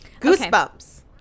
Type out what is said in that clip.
goosebumps